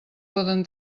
poden